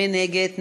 מי נגד?